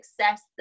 success